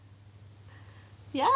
ya